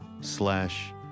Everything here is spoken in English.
slash